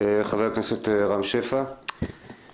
חבר הכנסת רם שפע, בבקשה.